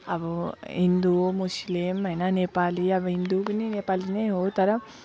अब हिन्दू मुस्लिम होइन नेपाली अब हिन्दू पनि नेपाली नै हो तर